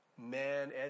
Man